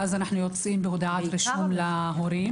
אנחנו יוצאים בהודעת רישום להורים